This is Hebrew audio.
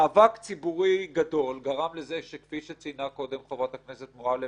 מאבק ציבורי גדול גרם לזה שכפי שציינה קודם חברת הכנסת מועלם,